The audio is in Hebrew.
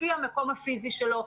לפי המקום הפיזי שלו,